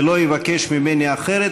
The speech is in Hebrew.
ולא יבקש ממני אחרת,